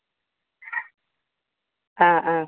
ആ ആ